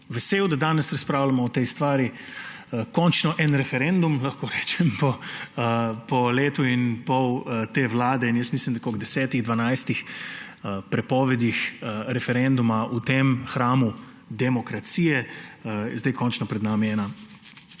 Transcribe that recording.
vesel, da danes razpravljamo o tej stvari, končno en referendum, lahko rečem, po letu in pol te vlade in mislim, da po 10, 12 prepovedih referenduma v tem hramu demokracije je sedaj končno pred nami ena